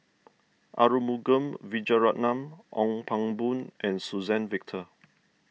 Arumugam Vijiaratnam Ong Pang Boon and Suzann Victor